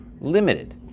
limited